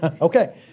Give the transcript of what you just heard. okay